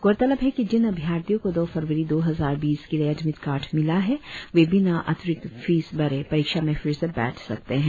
गौरतलब है कि जिन अभ्यार्थियों को दो फरवरी दो हजार बीस के लिए एडमिट कार्ड मिला है वे बिना अतिरिक्त फीस भरे परीक्षा में फिर से बैठ सकते है